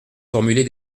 formuler